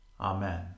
Amen